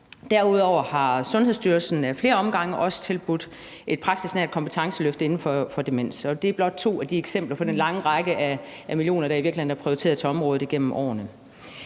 Derudover har Sundhedsstyrelsen ad flere omgange også tilbudt et praksisnært kompetenceløft inden for demensområdet, og det er blot to af de eksempler på den lange række af millioner, der i virkeligheden er prioriteret til området igennem årene.